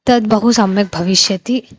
तद् बहु सम्यक् भविष्यति